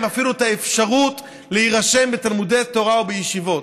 אפילו את האפשרות להירשם בתלמודי תורה ובישיבות.